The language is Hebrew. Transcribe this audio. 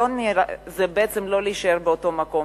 זה בעצם לא להישאר באותו מקום,